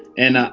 and,